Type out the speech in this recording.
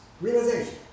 realization